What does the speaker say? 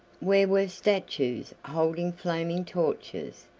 where were statues holding flaming torches,